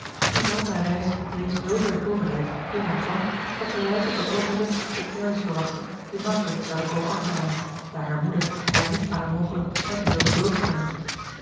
en zij had haar reis reeds zoover voorbereid eer hij kwam dat zij juist op dat oogenblik de carey's verwachtte die margaret zouden komen afhalen daar hare moeder haar niet aan eene mogelijke besmetting wilde